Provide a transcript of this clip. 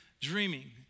dreaming